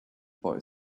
boy